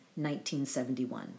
1971